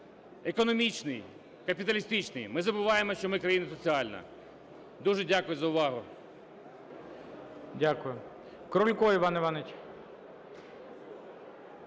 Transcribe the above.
економічний, капіталістичний, ми забуваємо, що ми країна соціальна. Дуже дякую за увагу.